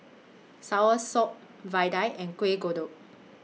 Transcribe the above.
Soursop Vadai and Kuih Kodok